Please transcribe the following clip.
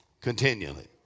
Continually